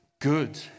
good